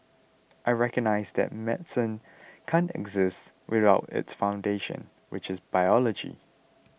I recognise that medicine can't exist without its foundations which is biology